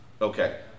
Okay